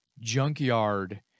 junkyard